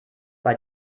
bei